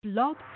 Blog